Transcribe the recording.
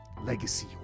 Legacy